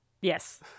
Yes